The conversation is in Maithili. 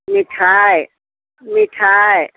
मिठाइ मिठाइ